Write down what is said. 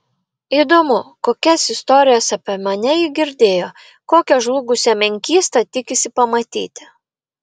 įdomu kokias istorijas apie mane ji girdėjo kokią žlugusią menkystą tikisi pamatyti